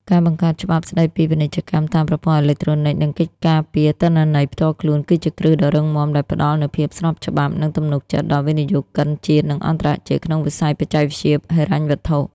ការបង្កើតច្បាប់ស្ដីពីពាណិជ្ជកម្មតាមប្រព័ន្ធអេឡិចត្រូនិក និងកិច្ចការពារទិន្នន័យផ្ទាល់ខ្លួន គឺជាគ្រឹះដ៏រឹងមាំដែលផ្ដល់នូវភាពស្របច្បាប់ និងទំនុកចិត្តដល់វិនិយោគិនជាតិ និងអន្តរជាតិក្នុងវិស័យបច្ចេកវិទ្យាហិរញ្ញវត្ថុ។